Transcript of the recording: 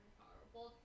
horrible